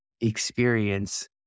experience